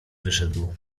wyszedł